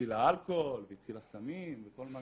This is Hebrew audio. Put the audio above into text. והתחיל האלכוהול והתחיל הסמים וכל מה